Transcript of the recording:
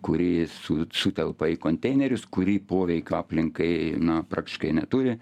kuri su sutelpa į konteinerius kuri poveikio aplinkai na praktiškai neturi